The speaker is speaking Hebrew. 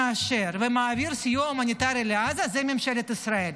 מי שמאשר ומעביר סיוע הומניטרי לעזה זה ממשלת ישראל.